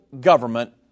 government